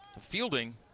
fielding